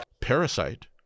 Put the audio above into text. Parasite